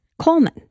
Coleman